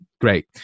great